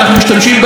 כמובן,